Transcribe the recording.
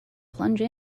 plunge